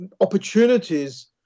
opportunities